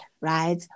Right